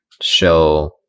show